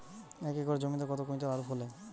এক একর জমিতে কত কুইন্টাল আলু ফলে?